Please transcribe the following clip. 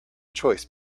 choice